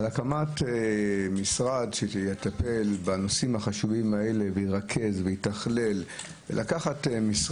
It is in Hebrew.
על הקמת משרד שיטפל בנושאים החשובים האלה וירכז ויתכלל את הנושאים האלה.